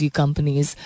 companies